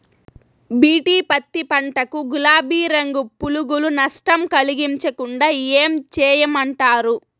BT పత్తి పంట కు, గులాబీ రంగు పులుగులు నష్టం కలిగించకుండా ఏం చేయమంటారు?